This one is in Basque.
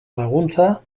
laguntza